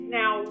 now